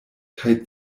kaj